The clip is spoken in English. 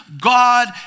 God